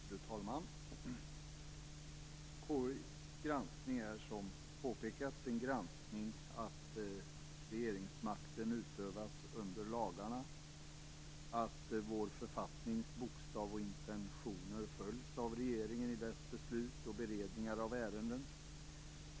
Fru talman! KU:s granskning är som påpekats en granskning av att regeringsmakten utövas under lagarna och av att vår författnings bokstav och intentioner följs av regeringen i dess beslut och i dess beredningar av ärenden.